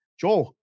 Joel